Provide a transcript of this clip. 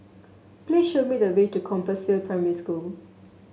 please show me the way to Compassvale Primary School